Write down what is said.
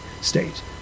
state